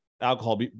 alcohol